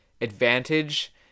advantage